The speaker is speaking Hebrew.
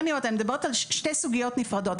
אני מדברת על שתי סוגיות נפרדות.